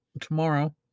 tomorrow